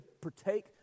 partake